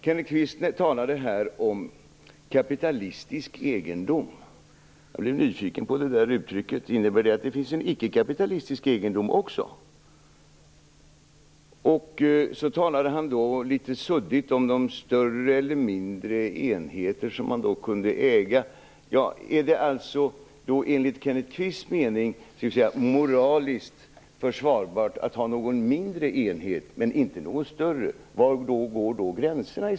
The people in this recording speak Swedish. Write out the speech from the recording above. Kenneth Kvist talade här om kapitalistisk egendom. Jag blev nyfiken på det uttrycket. Innebär det att det finns en ickekapitalistisk egendom också? Han talade också litet suddigt om de större eller mindre enheter som man då kunde äga. Är det enligt Kenneth Kvists mening moraliskt försvarbart att ha någon mindre enhet men inte någon större? Var går i så fall gränserna?